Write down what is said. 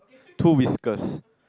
two whiskers